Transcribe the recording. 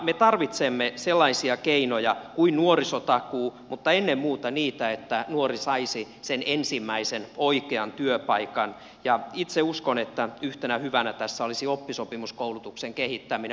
me tarvitsemme sellaisia keinoja kuin nuorisotakuu mutta ennen muuta niitä että nuori saisi ensimmäisen oikean työpaikan ja itse uskon että yhtenä hyvänä tässä olisi oppisopimuskoulutuksen kehittäminen